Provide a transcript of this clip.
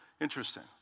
Interesting